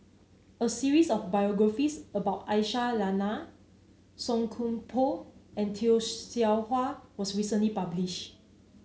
a series of biographies about Aisyah Lyana Song Koon Poh and Tay Seow Huah was recently published